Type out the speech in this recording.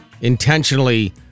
intentionally